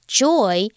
joy